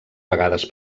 vegades